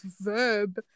verb